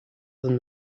than